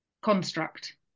construct